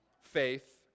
faith